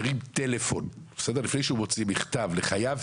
הוא מרים טלפון לפני שהוא מוציא מכתב לחייב.